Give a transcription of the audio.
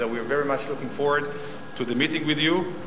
We are very much looking forward to the meeting with you,